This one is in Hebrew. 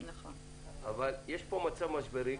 אבל יש פה מצב משברי.